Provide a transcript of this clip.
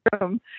room